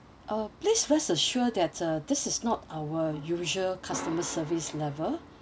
uh please rest assure that uh this is not our usual customer service level